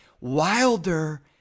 Wilder